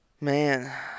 Man